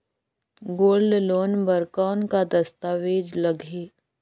Gold loan बर कौन का दस्तावेज लगही?